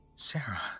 Sarah